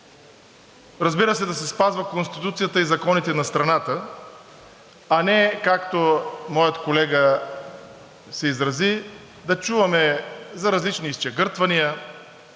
разбира се, да се спазват Конституцията и законите на страната, а не, както моят колега се изрази, да чуваме за различни изчегъртвания.